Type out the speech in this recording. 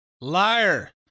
Liar